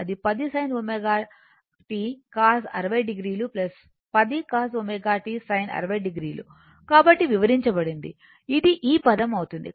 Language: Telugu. అది 10 sinωt cos60 o 10 cos ωt sin 60 o కాబట్టి వివరించబడింది ఇది ఈ పదం అవుతుంది